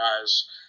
guys